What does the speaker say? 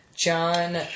John